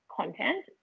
content